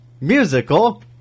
Musical